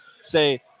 say